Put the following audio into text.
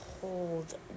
hold